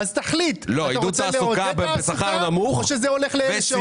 תחליט אם אתה רוצה לעודד תעסוקה או שזה הולך לאלה שעובדים.